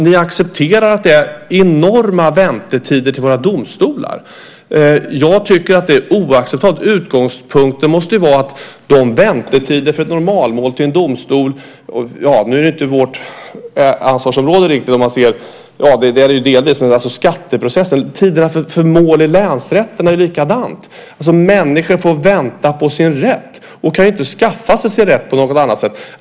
Ni accepterar att det är enorma väntetider till våra domstolar. Jag tycker att det är oacceptabelt. Nu är inte skatteprocesser vårt ansvarsområde riktigt, men tiderna för skattemålen i länsrätterna är det likadant med. Människor får vänta på sin rätt. De kan inte skaffa sig en rätt på något annat sätt.